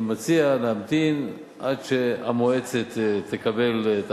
אני מציע להמתין עד שהמועצה תקבל את